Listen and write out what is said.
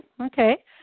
okay